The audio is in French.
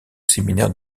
séminaire